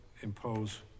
impose